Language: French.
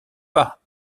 pas